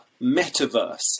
metaverse